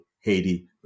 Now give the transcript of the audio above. Haiti